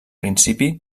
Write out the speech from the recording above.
principi